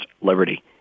liberty